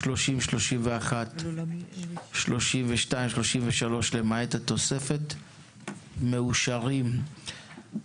30, 31, 32, 33 למעט התוספת, מאושרים פה אחד.